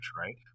right